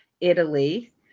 Italy